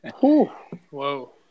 Whoa